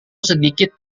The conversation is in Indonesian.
sedikit